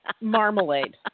Marmalade